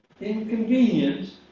inconvenient